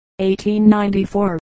1894